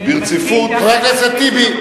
חבר הכנסת טיבי,